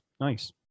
nice